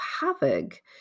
havoc